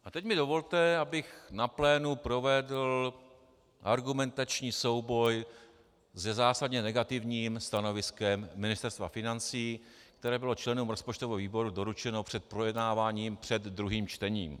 A teď mi dovolte, abych na plénu provedl argumentační souboj se zásadně negativním stanoviskem Ministerstva financí, které bylo členům rozpočtového výboru doručeno před projednáváním před druhým čtením.